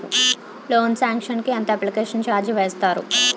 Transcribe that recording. Loan sanction కి ఎంత application charge వేస్తారు?